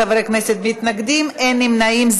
אפס חברי כנסת מתנגדים, אין נמנעים.